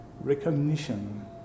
recognition